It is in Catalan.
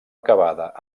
acabada